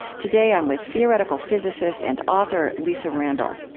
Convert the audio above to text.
today, i'm with theoretical physicist and author lisa randall.